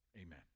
amen